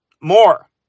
more